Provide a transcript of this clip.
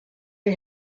der